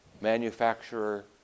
manufacturer